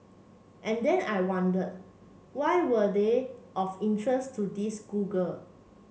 and then I wonder why were they of interest to this schoolgirl